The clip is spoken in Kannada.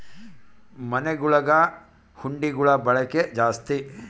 ಮನೆಗುಳಗ ಹುಂಡಿಗುಳ ಬಳಕೆ ಜಾಸ್ತಿ